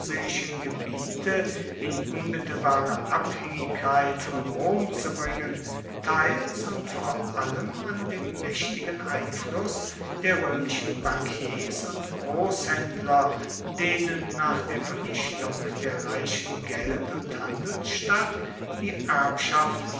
gebiete in unmittelbare abhängigkeit von rom zu bringen teils und vor allem an dem mächtigen einfluß der römischen bankiers und großhändler denen nach der vernichtung der reichen geld und handelsstadt die erbschaft